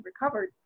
recovered